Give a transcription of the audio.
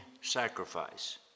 sacrifice